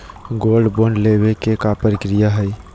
Gold bond लेवे के का प्रक्रिया हई?